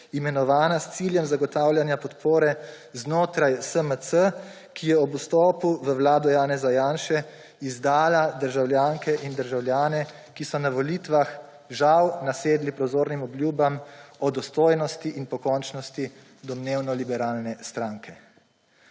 imenovana s ciljem zagotavljanja podpore znotraj SMC, ki je ob vstopu v vlado Janeza Janše izdala državljanke in državljane, ki so na volitvah žal nasedli prozornim obljubam o dostojnosti in pokončnosti domnevno liberalne stranke.